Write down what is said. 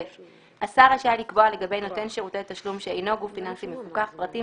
(ב)השר רשאי לקבוע לגבי נותן שירותי תשלום שאינו גוף פיננסי מפוקח פרטים